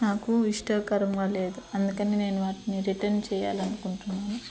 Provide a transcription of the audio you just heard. నాకు ఇష్టకరము లేదు అందుకని నేను వాటిని రిటర్న్ చేయాలని అనుకుంటున్నాను